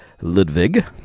Ludwig